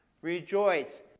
Rejoice